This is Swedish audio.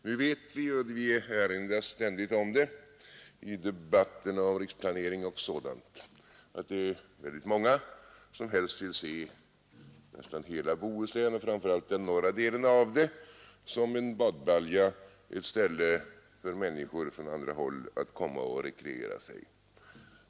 Nu vet vi — och vi erinras ständigt om det i debatten om riksplanering och sådant — att det är väldigt många som helst vill se nästan hela Bohuslän och framför allt den norra delen som en badbalja, ett ställe dit människor från andra håll kommer för att rekreera sig.